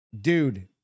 dude